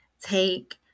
take